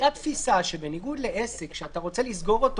הייתה תפיסה שבניגוד לעסק שאתה רוצה לסגור,